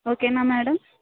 ఓకేనా మేడం